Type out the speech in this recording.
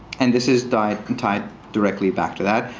and this is tied and tied directly back to that.